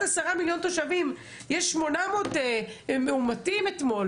עשרה מיליון תושבים יש 800 מאומתים אתמול